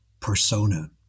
Persona